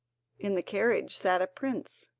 in the carriage sat a prince,